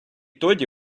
тоді